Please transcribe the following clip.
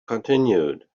continued